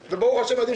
אז מה היה עד עכשיו?